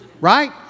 right